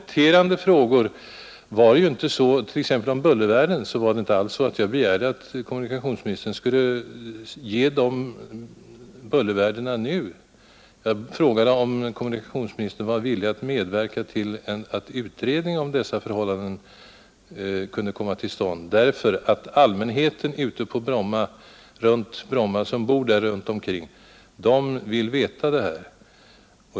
Vad sedan gäller mina uttryckliga följdfrågor om bullervärden och landningstillstånd var det inte alls så att jag begärde att kommunikationsministern skulle ge dessa bullervärden eller frekvenser av landningstillstånd nu. Jag frågade om kommunikationsministern var villig att medverka till att utredning om dessa förhållanden kunde komma till stånd, därför att allmänheten som bor runt omkring Bromma vill veta hur det förhåller sig med detta.